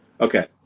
Okay